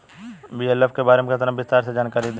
BLF के बारे में विस्तार से जानकारी दी?